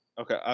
Okay